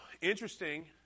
interesting